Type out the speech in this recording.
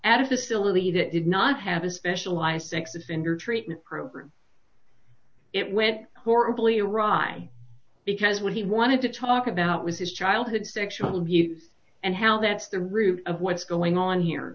at a facility that did not have a specialized sex offender treatment program it went horribly iraq i because what he wanted to talk about was his childhood sexual abuse and how that's the root of what's going on here